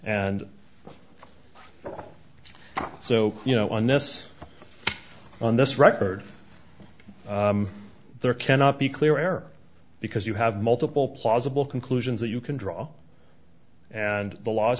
and so you know on this on this record there cannot be clear air because you have multiple plausible conclusions that you can draw and the law